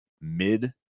mid